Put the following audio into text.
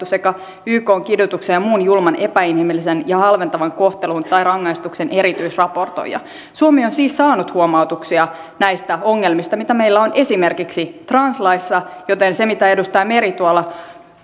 sekä ykn kidutuksen ja muun julman epäinhimillisen ja halventavan kohtelun tai rangaistuksen erityisraportoija suomi on siis saanut huomautuksia näistä ongelmista mitä meillä on esimerkiksi translaissa joten se mitä edustaja meri